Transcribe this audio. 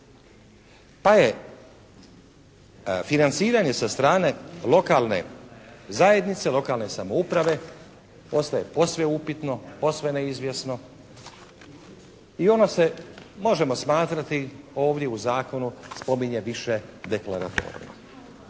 Pa je financiranje sa strane lokalne zajednice, lokalne samouprave ostaje posve upitno, posve neizvjesno i ono se možemo smatrati ovdje u zakonu spominje više deklaratorno.